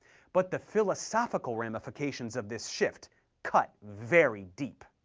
but the philosophical ramifications of this shift cut very deep.